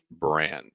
brand